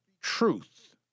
truth